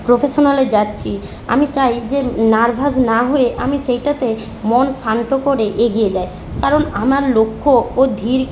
প্রফেশনালে যাচ্ছি আমি চাই যে নার্ভাস না হয়ে আমি সেইটাতে মন শান্ত করে এগিয়ে যাই কারণ আমার লক্ষ্যও ধীর